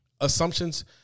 Assumptions